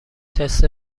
تست